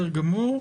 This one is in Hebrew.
גמור.